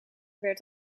werd